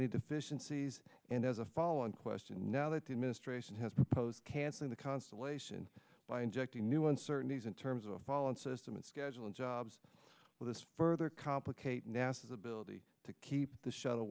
any deficiencies and as a follow on question now that the administration has proposed canceling the constellation by injecting new uncertainties in terms of a fallen system in scheduling jobs with this further complicate nasa's ability to keep the shuttle